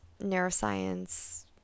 neuroscience